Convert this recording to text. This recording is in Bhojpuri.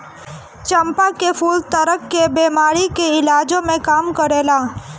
चंपा के फूल चरक के बेमारी के इलाजो में काम करेला